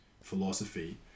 philosophy